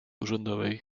urzędowej